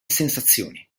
sensazioni